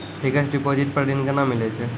Fixed deposit पर ऋण केना मिलै छै?